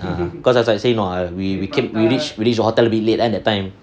ah cause as I say no we we keep we reach we reach the hotel will be late at that time